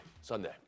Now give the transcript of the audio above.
Sunday